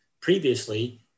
previously